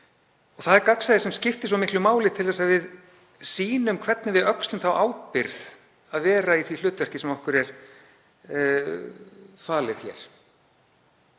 Það er gagnsæi sem skiptir svo miklu máli til þess að við sýnum hvernig við öxlum þá ábyrgð að vera í því hlutverki sem okkur er falið hér.